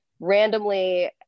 randomly